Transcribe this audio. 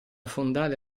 fondale